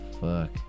fuck